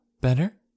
better